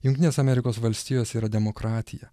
jungtinės amerikos valstijos yra demokratija